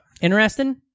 Interesting